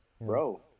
bro